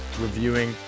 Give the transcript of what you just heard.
reviewing